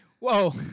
Whoa